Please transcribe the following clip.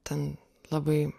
ten labai